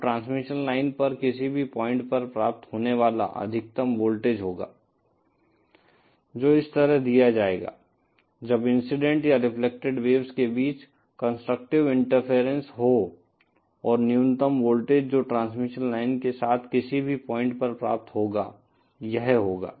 अब transmission line पर किसी भी पॉइंट पर प्राप्त होने वाला अधिकतम वोल्टेज होगा जो इस तरह दिया जाएगा जब इंसिडेंट या रेफ़्लक्टेड वेव्स के बीच कंस्ट्रक्टिव इंटरफेरेंस हो और न्यूनतम वोल्टेज जो ट्रांसमिशन लाइन के साथ किसी भी पॉइंट पर प्राप्त होगा यह होगा